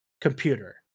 computer